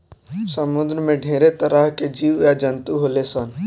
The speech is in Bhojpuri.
समुंद्र में ढेरे तरह के जीव आ जंतु होले सन